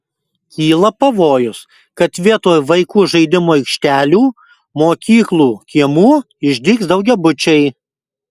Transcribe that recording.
kyla pavojus kad vietoj vaikų žaidimų aikštelių mokyklų kiemų išdygs daugiabučiai